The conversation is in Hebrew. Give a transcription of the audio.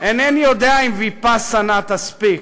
אינני יודע אם ויפאסנה תספיק,